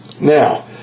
Now